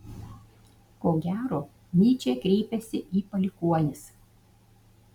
ko gero nyčė kreipiasi į palikuonis